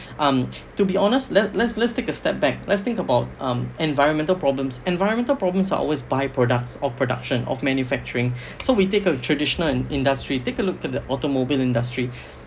um to be honest let let's let's take a step back let's think about um environmental problems environmental problems are always by products of production of manufacturing so we take a traditional industry take a look at the automobile industry